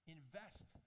Invest